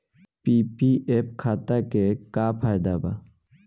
PPF खाता के का फायदा बा?